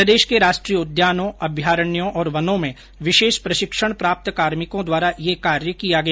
प्रदेश के राष्ट्रीय उद्यानों अभयारण्यों और वनों में विशेष प्रशिक्षण प्राप्त कार्मिकों द्वारा यह कार्य किया गया